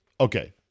Okay